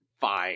fine